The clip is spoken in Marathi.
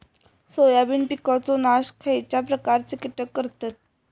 सोयाबीन पिकांचो नाश खयच्या प्रकारचे कीटक करतत?